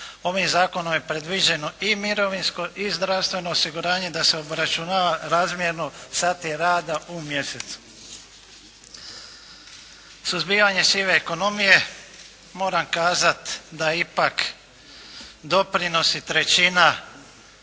ovim zakonom je predviđeno i mirovinsko i zdravstveno osiguranje da se obračunava razmjerno sati rada u mjesecu. Suzbijanje sive ekonomije, moram kazati da ipak doprinosi trećina